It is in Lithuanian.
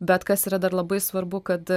bet kas yra dar labai svarbu kad